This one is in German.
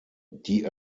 die